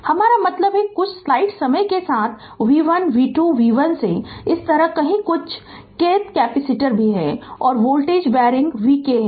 हमारा मतलब है कि कुछ स्लाइड समय के साथ v1 v2 v1 इस तरह कहीं कुछ kth कैपेसिटर भी है और वोल्टेज बेयरिंग vk है